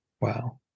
Wow